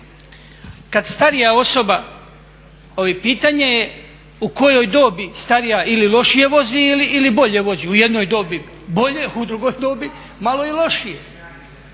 Kada starija osoba, pitanje je, u kojoj dobi starija ili lošije vozi ili bolje vozi, u jednoj dobi bolje, u drugoj dobi malo i lošije.